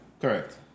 Correct